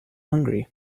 hungry